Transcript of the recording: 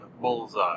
bullseye